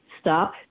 stop